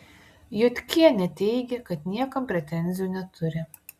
jodkienė teigė kad niekam pretenzijų neturi